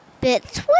Bits